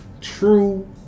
true